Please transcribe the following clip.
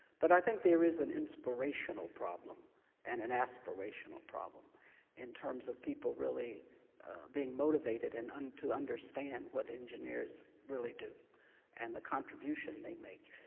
but i think there is an inspirational problem and an aspirational problem in terms of people really being motivated and and to understand what engineers really do and the contribution they make.